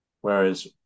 Whereas